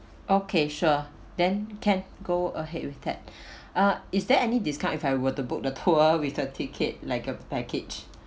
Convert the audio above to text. okay sure then can go ahead with that uh is there any discount if I were to book the tour with a ticket like a package